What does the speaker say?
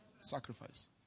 Sacrifice